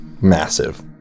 massive